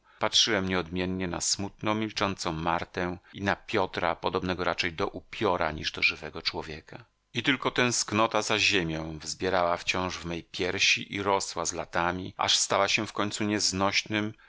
patrzyłem nieodmiennie na smutną milczącą martę i na piotra podobnego raczej do upiora niż do żywego człowieka i tylko tęsknota za ziemią wzbierała wciąż w mej piersi i rosła z latami aż stała się w końcu nieznośnym